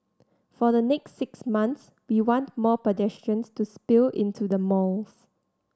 for the next six months we want more pedestrians to spill into the malls